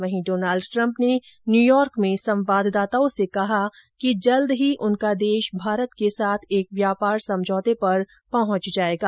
वहीं Donald Trump ने New York में संवाददाताओं से कहा कि जल्द ही उनका देश भारत के साथ एक व्यापार समझौते पर पहच जायेगा